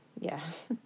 yes